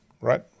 right